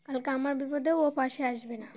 কালকে আমার বিপদেও ও পাশে আসবে না